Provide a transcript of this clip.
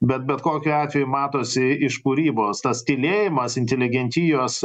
bet bet kokiu atveju matosi iš kūrybos tas tylėjimas inteligentijos